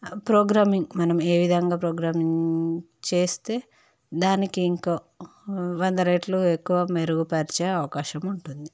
ఆ ప్రోగ్రామ్మింగ్ మనం ఏ విధంగా ప్రోగ్రామ్మింగ్ చేస్తే దానికి ఇంకో వందరెట్లు ఎక్కువ మెరుగు పరిచే అవకాశము ఉంటుంది